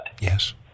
Yes